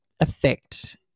affect